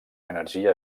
energia